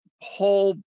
whole